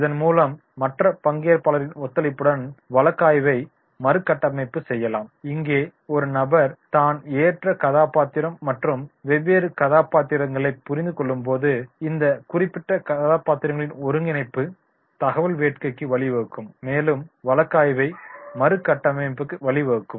இதன் மூலம் மற்ற பங்கேற்பாளர்களின் ஒத்துழைப்புடன் வழக்காய்வை மறுகட்டமைப்பு செய்யலாம் இங்கே ஒரு நபர் தான் ஏற்ற கதாபாத்திரம் மற்றும் வெவ்வேறு கதாபாத்திரங்களைப் புரிந்துகொள்ளும்போது இந்த குறிப்பிட்ட கதாபாத்திரங்களின் ஒருங்கிணைப்பு தகவல் வேட்டைக்கு வழிவகுக்கும் மேலும் வழக்காய்வை மறுகட்டமைக்க வழிவகுக்கும்